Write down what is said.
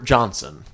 Johnson